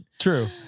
True